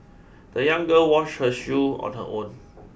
the young girl washed her shoes on her own